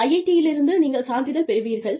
IIT யிலிருந்து நீங்கள் சான்றிதழ் பெறுவீர்கள்